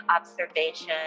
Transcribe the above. observation